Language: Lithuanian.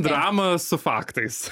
dramą su faktais